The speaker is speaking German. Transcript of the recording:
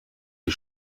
die